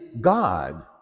God